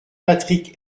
patrick